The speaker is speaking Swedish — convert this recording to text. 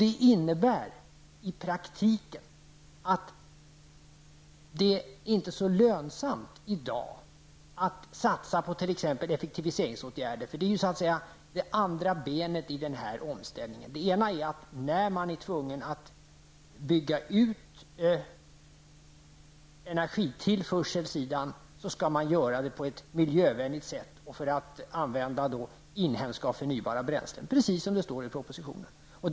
Det innebär i praktiken att det är inte så lönsamt i dag att satsa på t.ex. effektiviseringsåtgärder, som så att säga är det andra benet i omställningen. Det ena benet är att när man är tvungen att bygga ut energitillförseln skall man man göra det på ett miljövänligt sätt och använda inhemska och förnybara bränslen, precis som det står i propositionen.